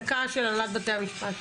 דקה של הנהלת בתי המשפט.